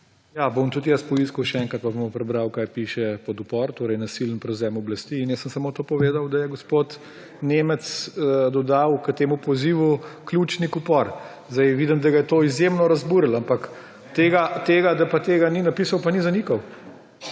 Bom tudi poiskal še enkrat, pa bom prebral, kaj piše pod upor, torej »nasilen prevzem oblasti« in jaz sem samo to povedal, da je gospod Nemec dodal k temu pozivu ključnik upor. Zdaj vidim, da ga je to izjemno razburilo, ampak tega, da pa tega ni napisal, pa ni zanikal.